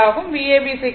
Vab 44